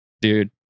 Dude